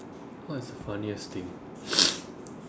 what is the funniest thing